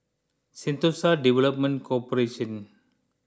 Sentosa Development Corporation